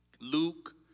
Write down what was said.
Luke